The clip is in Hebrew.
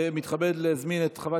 תוצאות ההצבעה האלקטרונית הן 22 בעד,